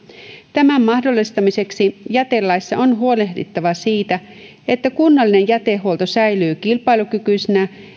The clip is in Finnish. tämän mahdollistamiseksi jätelaissa on huolehdittava siitä että kunnallinen jätehuolto säilyy kilpailukykyisenä